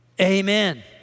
Amen